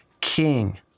King